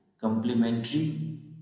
Complementary